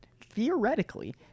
Theoretically